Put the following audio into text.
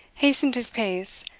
hastened his pace,